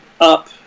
up